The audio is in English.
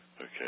Okay